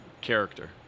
character